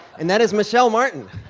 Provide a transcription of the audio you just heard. and that is michelle martin